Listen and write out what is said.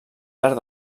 llarg